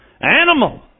animal